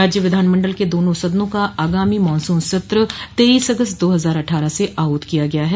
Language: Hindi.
राज्य विधानमंडल के दोनों सदनों का आगामी मानसूत्र सत्र तेईस अगस्त दो हजार अट्ठारह से आहूत किया गया है